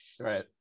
right